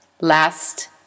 Last